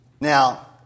Now